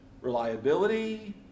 reliability